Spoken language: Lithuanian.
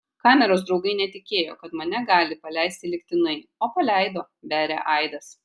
kameros draugai netikėjo kad mane gali paleisti lygtinai o paleido beria aidas